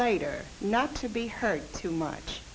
later not to be hurt too much